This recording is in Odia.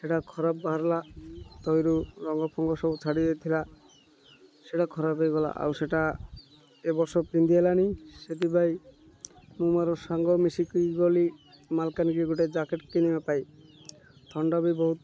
ସେଇଟା ଖରାପ ବାହାରିଲା ତହିଁରୁ ରଙ୍ଗ ଫଙ୍ଗ ସବୁ ଛାଡ଼ିଯାଇ ଥିଲା ସେଇଟା ଖରାପ ହେଇଗଲା ଆଉ ସେଇଟା ଏ ବର୍ଷ ପିନ୍ଧି ହେଲାଣିି ସେଥିପାଇଁ ମୁଁ ମୋର ସାଙ୍ଗ ମିଶିକି ଗଲି ମାଲକାନଗିରି ଗୋଟେ ଜ୍ୟାକେଟ୍ କିଣିବା ପାଇଁ ଥଣ୍ଡା ବି ବହୁତ